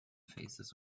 faces